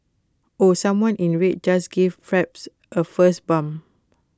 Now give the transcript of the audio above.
ooh someone in red just gave Phelps A fist bump